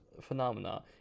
phenomena